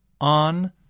on